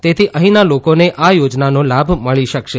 તેથી અહિના લોકોને આ યોજનાનો લાભ મળી શકશે